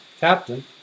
captain